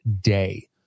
day